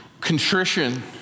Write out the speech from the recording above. contrition